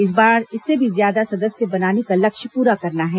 इस बार इससे भी ज्यादा सदस्य बनाने का लक्ष्य पूरा करना है